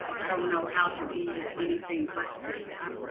i don't know how to be anything but this,